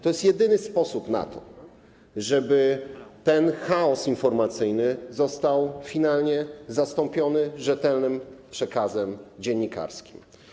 To jest jedyny sposób na to, żeby ten chaos informacyjny został finalnie zastąpiony rzetelnym przekazem dziennikarskim.